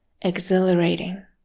exhilarating